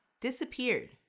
disappeared